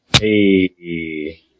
Hey